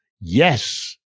yes